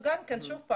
שוב,